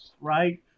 right